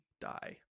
die